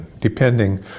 depending